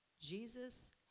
Jesus